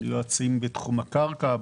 יועצים בתחום הקרקע,